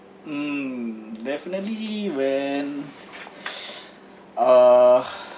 um definitely when uh